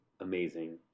amazing